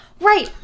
Right